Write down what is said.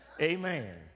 Amen